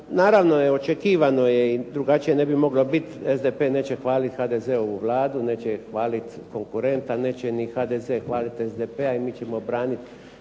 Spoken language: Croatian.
naravno očekivano je drugačije ne bi moglo biti, SDP neće hvaliti HDZ-ovu Vladu, neće hvaliti konkurenta, neće ni HDZ hvaliti SDP-a i mi ćemo braniti